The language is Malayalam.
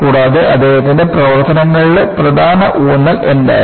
കൂടാതെ അദ്ദേഹത്തിന്റെ പ്രവർത്തനങ്ങളുടെ പ്രധാന ഊന്നൽ എന്തായിരുന്നു